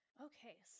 Okay